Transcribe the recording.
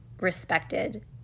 respected